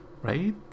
right